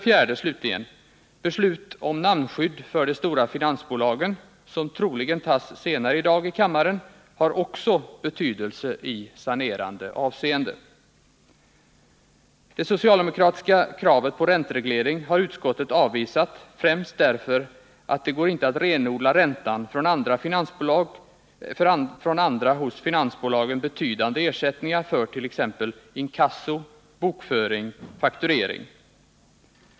Beslutet om namnskydd för de stora finansbolagen, som troligen fattas senare i dag i kammaren, har också betydelse i sanerande avseende. Det socialdemokratiska kravet på räntereglering har utskottet avvisat främst därför att det inte går att renodla räntan från andra hos finansbolagen betydande ersättningar för t.ex. inkasso, bokföring och fakturering.